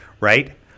right